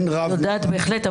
אני יודעת בהחלט,